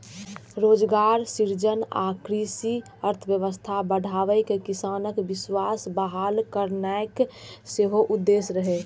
रोजगार सृजन आ कृषि अर्थव्यवस्था बढ़ाके किसानक विश्वास बहाल करनाय सेहो उद्देश्य रहै